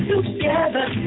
Together